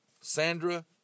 Sandra